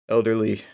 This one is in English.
elderly